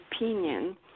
opinion